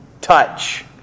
touch